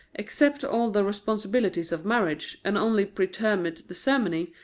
accept all the responsibilities of marriage, and only pretermit the ceremony,